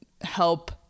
help